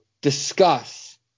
discuss